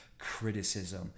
criticism